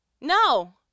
no